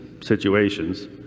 situations